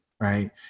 Right